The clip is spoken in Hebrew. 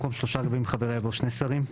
במקום 'שלושה רבעים מחבריה' יבוא 'שני שרים'.